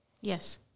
Yes